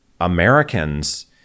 Americans